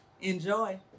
Enjoy